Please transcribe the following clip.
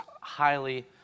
highly